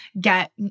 get